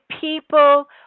people